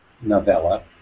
novella